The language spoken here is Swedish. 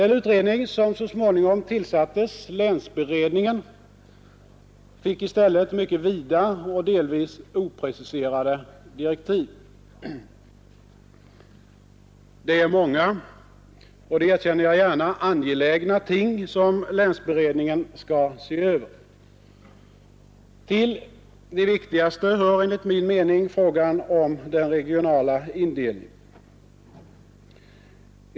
Den utredning som så småningom tillsattes, länsberedningen, fick i stället mycket vida och delvis opreciserade direktiv. Det är många och — det erkänner jag gärna — angelägna ting som länsberedningen skall se över. Till det viktigaste hör enligt min mening frågan om den regionala indelningen.